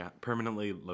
Permanently